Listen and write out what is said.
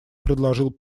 предложил